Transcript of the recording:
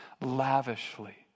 lavishly